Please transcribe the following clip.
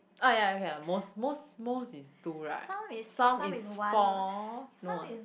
ah ya ya okay most most most is two right some is four no ah